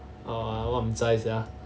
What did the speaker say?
uh wa mm zai sia